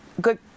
Good